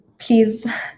please